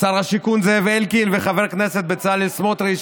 שר השיכון זאב אלקין וחבר הכנסת בצלאל סמוטריץ'